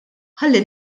ħalli